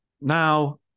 now